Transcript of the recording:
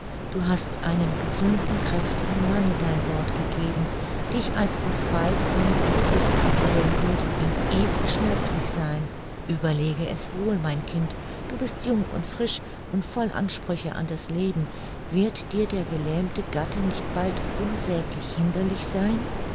du hast einem gesunden kräftigen manne dein wort gegeben dich als das weib eines krüppels zu sehen würde ihm ewig schmerzlich sein ueberlege es wohl mein kind du bist jung und frisch und voll ansprüche an das leben wird dir der gelähmte gatte nicht bald unsäglich hinderlich sein